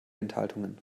enthaltungen